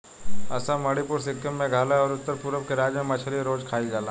असम, मणिपुर, सिक्किम, मेघालय अउरी उत्तर पूरब के राज्य में मछली रोज खाईल जाला